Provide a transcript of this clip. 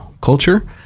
culture